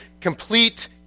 complete